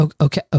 Okay